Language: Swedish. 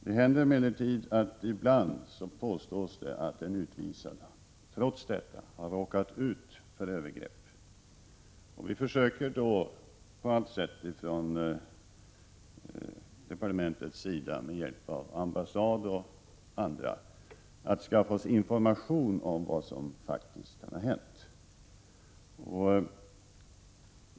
Det påstås emellertid ibland att en utvisad trots detta råkat ut för övergrepp. Vi försöker då på allt sätt från departementets sida med hjälp av ambassad och andra att skaffa oss information om vad som faktiskt kan ha hänt.